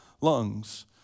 lungs